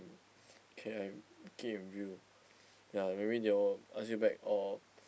K_I keep in view ya maybe they will ask you back or